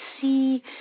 see